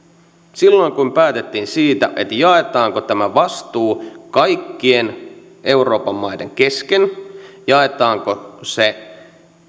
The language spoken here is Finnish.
silloin kun päätettiin siitä jaetaanko tämä vastuu kaikkien euroopan maiden kesken jaetaanko se